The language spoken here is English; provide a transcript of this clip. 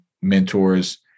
mentors